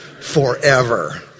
forever